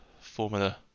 Formula